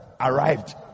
arrived